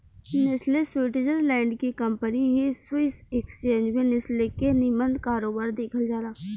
Nestle Switzerland के company हिय Swiss exchange में नेस्ले के निमन कारोबार देखल जाला